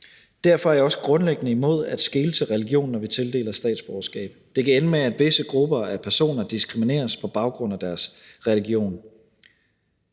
Derfor er jeg også grundlæggende imod at skele til religion, når vi tildeler statsborgerskab. Det kan ende med, at visse grupper af personer diskrimineres på baggrund af deres religion.